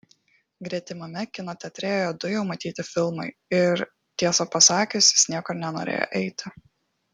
gretimame kino teatre ėjo du jau matyti filmai ir tiesą pasakius jis niekur nenorėjo eiti